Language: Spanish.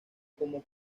como